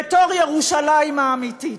בתור ירושלים האמיתית.